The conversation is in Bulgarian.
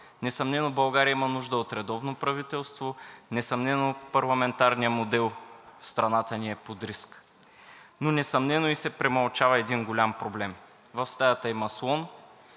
Несъмнено България има нужда от редовно правителство. Несъмнено парламентарният модел в страната ни е под риск. Но несъмнено и се премълчава един голям проблем. В стаята има слон,